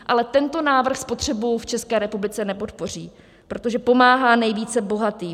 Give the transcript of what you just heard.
Ale tento návrh potřebu v České republice nepodpoří, protože pomáhá nejvíce bohatým.